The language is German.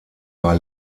war